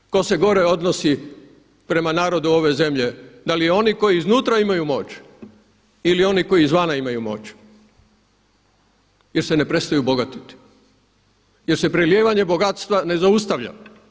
I ne znam ko se gore odnosi prema narodu ove zemlje da li oni koji iznutra imaju moć ili oni koji izvana imaju moć jer se ne prestaju bogatiti, jer se prelijevanje bogatstva ne zaustavlja.